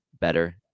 better